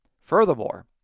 Furthermore